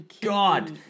God